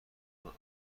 آگاه